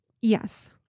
Yes